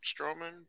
Strowman